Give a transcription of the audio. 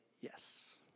yes